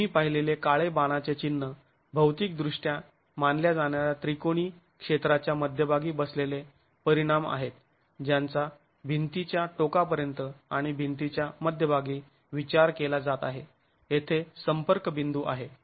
तुम्ही पाहिलेले काळे बाणाचे चिन्ह भौतिक दृष्ट्या मानल्या जाणाऱ्या त्रिकोणी क्षेत्राच्या मध्यभागी बसलेले परिणाम आहेत ज्यांचा भिंतीच्या टोकापर्यंत आणि भिंतीच्या मध्यभागी विचार केला जात आहे येथे संपर्क बिंदू आहे